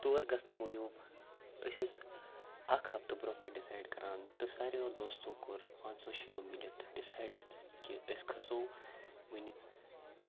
تور گژھنہٕ موٗجوٗب أسۍ ٲسۍ اَکھ ہفتہٕ برونٛہہ پٮ۪ٹھ ڈِسایڈ کَران تہٕ ساروِیو دوستو کوٚر پانٛژو شیٚیو مِلِتھ ڈِسایڈٕز دِس کہِ أسۍ کھَسو وٕنہِ